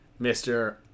Mr